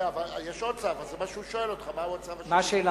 יש עוד צו, זה מה שהוא שואל אותך, מהו הצו השני.